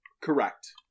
Correct